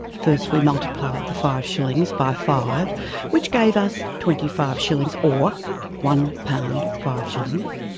first we multiplied the five shillings by five which gave us twenty five shillings or one pound, five shillings.